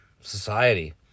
society